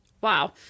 Wow